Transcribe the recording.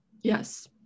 Yes